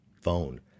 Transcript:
phone